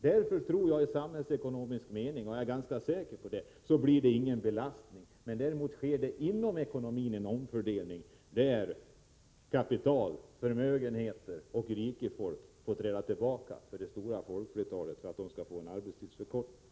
Därför är jag ganska säker på att det i samhällsekonomisk mening inte blir någon belastning, men däremot sker det en omfördelning inom ekonomin, där kapital, förmögenheter och rikefolk får träda tillbaka för att det stora folkflertalet skall få en arbetstidsförkortning.